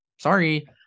Sorry